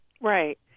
Right